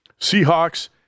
Seahawks